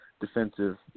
defensive